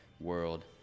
world